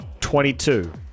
22